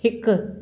हिकु